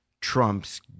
Trump's